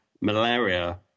malaria